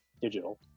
digital